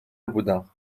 بودم